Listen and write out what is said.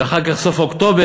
ואחר כך סוף אוקטובר,